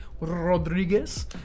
Rodriguez